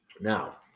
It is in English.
now